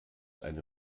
eine